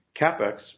capex